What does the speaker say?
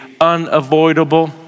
unavoidable